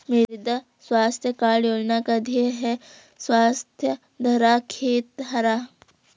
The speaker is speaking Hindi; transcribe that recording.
मृदा स्वास्थ्य कार्ड योजना का ध्येय है स्वस्थ धरा, खेत हरा